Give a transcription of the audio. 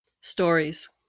Stories